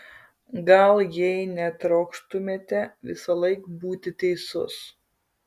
gal jei netrokštumėte visąlaik būti teisus